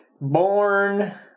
Born